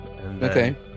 okay